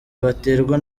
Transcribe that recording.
baterwa